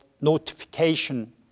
notification